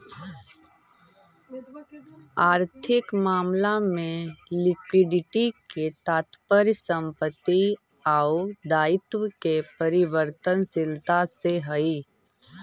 आर्थिक मामला में लिक्विडिटी के तात्पर्य संपत्ति आउ दायित्व के परिवर्तनशीलता से हई